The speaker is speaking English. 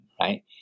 right